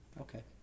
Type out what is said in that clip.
okay